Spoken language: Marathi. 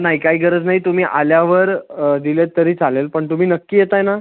नाही काही गरज नाही तुम्ही आल्यावर दिले आहेत तरी चालेल पण तुम्ही नक्की येत आहे ना